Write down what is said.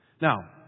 Now